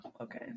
Okay